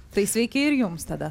tai sveiki ir jums tada